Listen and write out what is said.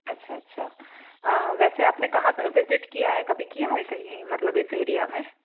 अच्छा अच्छा वैसे आपने कहाँ पर विज़िट किया है कभी किया है कहीं मतलब इस एरिया में